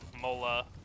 Mola